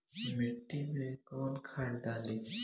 माटी में कोउन खाद डाली?